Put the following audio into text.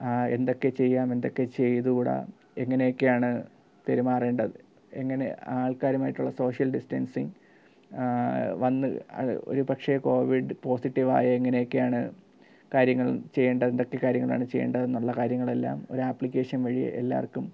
ആ എന്തൊക്കെ ചെയ്യാം എന്തൊക്കെ ചെയ്തു കൂട എങ്ങനെയൊക്കെയാണ് പെരുമാറേണ്ടത് എങ്ങനെ ആൾക്കാരുമായിട്ടുള്ള സോഷ്യൽ ഡിസ്റ്റൻസിങ്ങ് വന്ന് ഒരു പക്ഷേ കോവിഡ് പോസിറ്റീവായാൽ എങ്ങനെയൊക്കെയാണ് കാര്യങ്ങൾ ചെയ്യേണ്ടതെന്തൊക്കെ കാര്യങ്ങളാണ് ചെയ്യേണ്ടതെന്നുള്ള കാര്യങ്ങളെല്ലാം ഒരാപ്ലിക്കേഷൻ വഴി എല്ലാവർക്കും